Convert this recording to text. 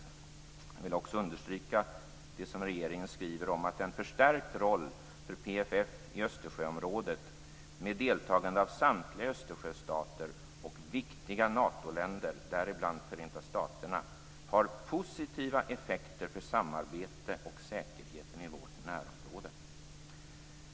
Jag vill också understryka det regeringen skriver om att en förstärkt roll för PFF i Östersjöområdet med deltagande av samtliga Östersjöstater och viktiga Natoländer, däribland Förenta staterna, har positiva effekter för samarbete och säkerheten i vårt närområde.